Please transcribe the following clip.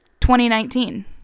2019